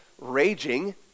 raging—